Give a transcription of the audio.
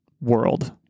world